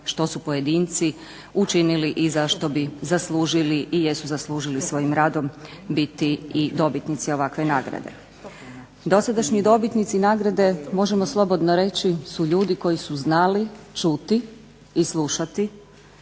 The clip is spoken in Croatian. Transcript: što su pojedinci učinili i zašto bi zaslužili i jesu zaslužili svojim radom biti i dobitnici ovakve nagrade. Dosadašnji dobitnici nagrade, možemo slobodno reći, su ljudi koji su znali čuti i slušati